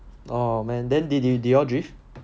oh man then did you did you all drift